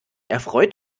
erfreut